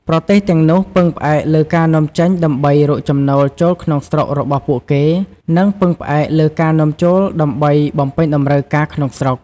ប្រទេសទាំងនោះពឹងផ្អែកលើការនាំចេញដើម្បី រកចំណូលចូលក្នុងស្រុករបស់ពួកគេ និងពឹងផ្អែកលើការនាំចូលដើម្បី បំពេញតម្រូវការ ក្នុងស្រុក។